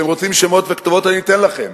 אתם רוצים שמות וכתובות, אני אתן לכם.